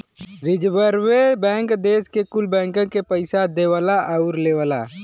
रीजर्वे bank देस के कुल बैंकन के पइसा देवला आउर लेवला